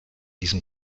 diesem